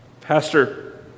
Pastor